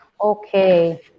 Okay